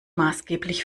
maßgeblich